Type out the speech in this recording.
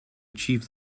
achieve